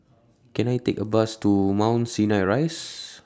Can I Take A Bus to Mount Sinai Rise